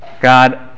God